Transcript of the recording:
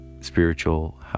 spiritual